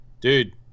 dude